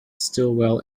stillwell